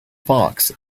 fox